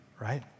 right